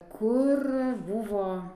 kur buvo